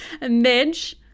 Midge